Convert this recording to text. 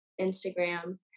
Instagram